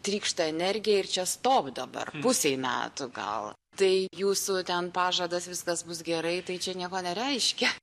trykšta energija ir čia stop dabar pusei metų gal tai jūsų ten pažadas viskas bus gerai tai čia nieko nereiškia